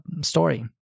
story